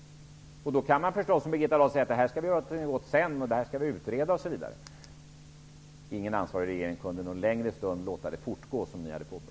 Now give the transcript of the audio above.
Man kan förstås, som Birgitta Dahl gör, säga att man skall göra något åt det sedan, att man skall utreda. Ingen ansvarig regering kunde någon längre stund låta det fortgå som ni hade påbörjat.